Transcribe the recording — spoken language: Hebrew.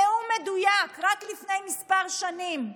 נאום מדויק, רק לפני כמה שנים,